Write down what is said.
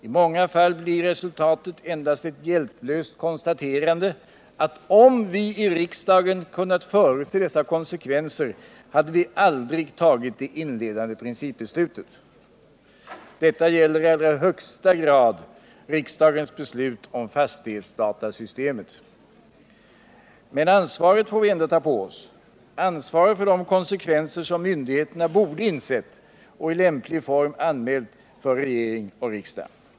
I många fall blir resultatet endast ett hjälplöst konstaterande att om vi i riksdagen kunnat förutse dessa konsekvenser, hade vi aldrig tagit det inledande principbeslutet. Detta gäller i allra högsta grad riksdagens beslut om fastighetsdatasystemet. Men ansvaret får vi ändå ta på oss, ansvaret för de konsekvenser som myndigheterna borde insett och i lämplig form anmält för regering och riksdag.